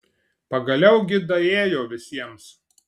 pagaliau gi daėjo visiems